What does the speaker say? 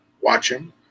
watching